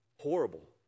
Horrible